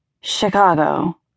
Chicago